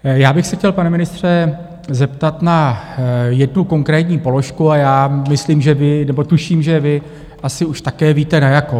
Já bych se chtěl, pane ministře, zeptat na jednu konkrétní položku, myslím, že vy, nebo tuším, že vy asi už také víte, na jakou.